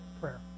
prayer